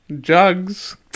jugs